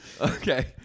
Okay